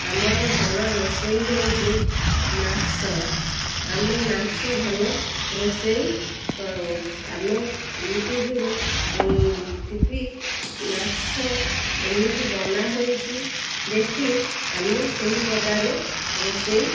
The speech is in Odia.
ଆମର ଭଲ ରୋଷେଇ ହେଉଛି ମାଂସ ଆମେ ମାଂସ ଭଲ ରୋଷେଇ ଆମେ ୟୁଟ୍ୟୁବ୍ରୁ ଟିପି ମାଂସ ଏମିତି ବନା ହୋଇଛି ଦେଖି ଆମେ ସେହି ପ୍ରକାରେ ରୋଷେଇ